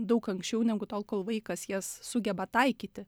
daug anksčiau negu tol kol vaikas jas sugeba taikyti